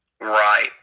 Right